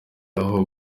aho